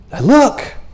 look